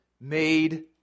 made